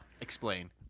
Explain